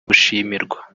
gushimirwa